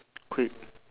quick